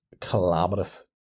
calamitous